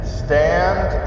stand